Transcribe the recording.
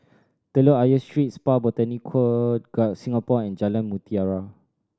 Telok Ayer Street Spa Botanica Singapore and Jalan Mutiara